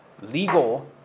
legal